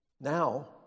Now